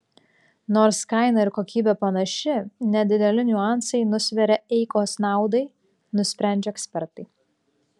nors kaina ir kokybė panaši nedideli niuansai nusveria eikos naudai nusprendžia ekspertai